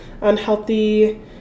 unhealthy